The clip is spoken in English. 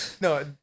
No